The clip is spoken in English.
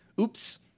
oops